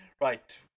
Right